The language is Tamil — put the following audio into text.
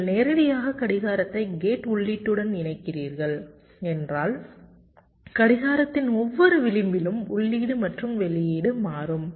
நீங்கள் நேரடியாக கடிகாரத்தை கேட் உள்ளீட்டுடன் இணைக்கிறீர்கள் என்றால் கடிகாரத்தின் ஒவ்வொரு விளிம்பிலும் உள்ளீடு மற்றும் வெளியீடு மாறும்